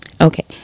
Okay